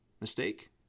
mistake